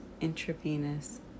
intravenous